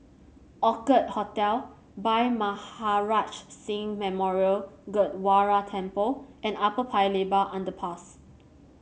Orchid Hotel Bhai Maharaj Singh Memorial Gurdwara Temple and Upper Paya Lebar Underpass